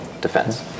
defense